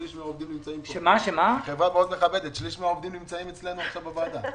שליש מן העובדים נמצאים אצלנו כעת בוועדה.